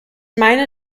meine